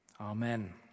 Amen